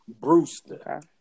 Brewster